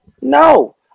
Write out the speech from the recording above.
No